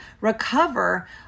recover